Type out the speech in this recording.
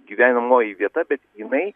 gyvenamoji vieta bet jinai